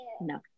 No